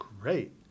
Great